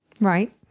Right